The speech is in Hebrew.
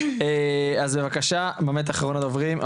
אז בבקשה באמת אחרון הדוברים,